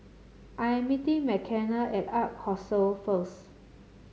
I am meeting Mckenna at Ark Hostel first